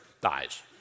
dies